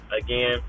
again